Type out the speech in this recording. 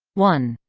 one.